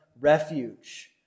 refuge